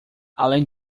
além